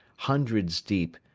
hundreds deep,